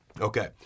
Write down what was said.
Okay